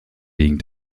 being